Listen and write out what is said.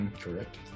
Correct